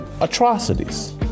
atrocities